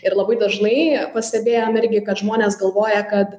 ir labai dažnai pastebėjom irgi kad žmonės galvoja kad